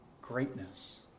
greatness